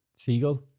Seagull